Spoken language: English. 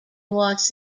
los